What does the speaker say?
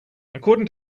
according